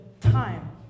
time